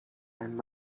and